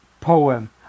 poem